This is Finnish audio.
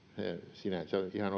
sinänsä ihan